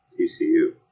TCU